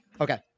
Okay